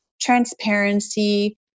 transparency